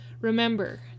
Remember